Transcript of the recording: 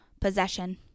possession